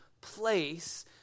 place